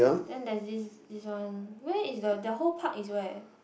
then there's this this one where is the that whole park is where